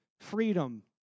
freedom